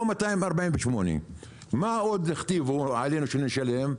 לא 248. מה עוד הכתיבו לנו שנשלם?